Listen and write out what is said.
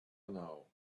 now